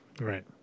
Right